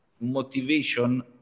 motivation